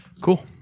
Cool